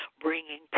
bringing